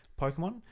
Pokemon